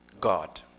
God